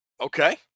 Okay